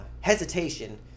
hesitation